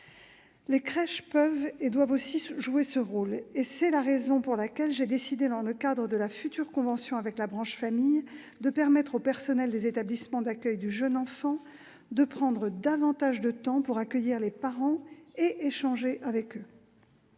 Les crèches peuvent et doivent aussi jouer ce rôle. C'est la raison pour laquelle j'ai décidé, dans le cadre de la future convention avec la branche famille, de permettre aux personnels des établissements d'accueil du jeune enfant de prendre davantage de temps pour accueillir les parents et échanger avec eux.